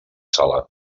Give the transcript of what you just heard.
sala